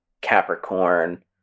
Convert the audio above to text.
Capricorn